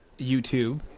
YouTube